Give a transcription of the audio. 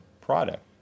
product